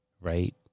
right